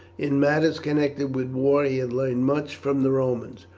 in matters connected with war he had learned much from the romans,